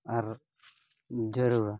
ᱟᱨ ᱡᱟᱹᱨᱩᱲᱟ